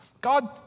God